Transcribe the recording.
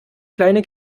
kleine